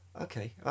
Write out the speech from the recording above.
Okay